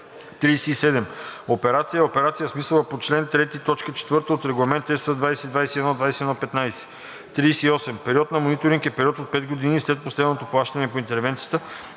37. „Операция“ е операция по смисъла на чл. 3, т. 4 от Регламент (ЕС) 2021/2115. 38. „Период на мониторинг“ е период от пет години след последното плащане по интервенцията,